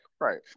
right